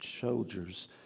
soldiers